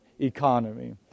economy